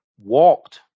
walked